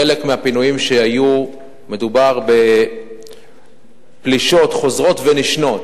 בחלק מהפינויים שהיו מדובר בפלישות חוזרות ונשנות,